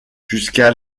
jusqu’à